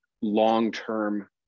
long-term